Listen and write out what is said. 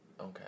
Okay